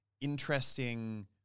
interesting